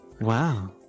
Wow